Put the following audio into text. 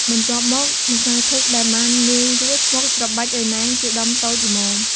បន្ទាប់យកម្សៅធូបដែលបានលាយរួចមកច្របាច់ឱ្យណែនជាដុំតូចល្មម។